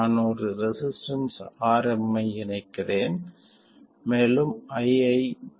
நான் ஒரு resistance Rm ஐ இணைக்கிறேன் மேலும் ii